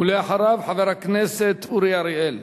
ואחריו, חבר הכנסת אורי אריאל.